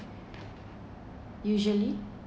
usually